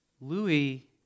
Louis